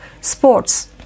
sports